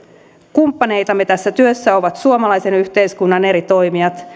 kumppaneitamme tässä työssä ovat suomalaisen yhteiskunnan eri toimijat